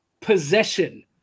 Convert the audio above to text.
possession